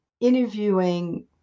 interviewing